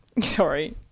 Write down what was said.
Sorry